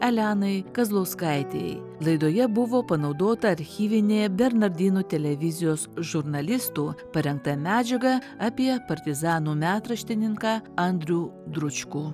elenai kazlauskaitei laidoje buvo panaudota archyvinė bernardinų televizijos žurnalistų parengta medžiaga apie partizanų metraštininką andrių dručkų